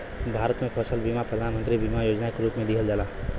भारत में फसल बीमा प्रधान मंत्री बीमा योजना के रूप में दिहल जाला